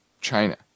China